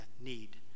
need